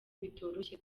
bitoroshye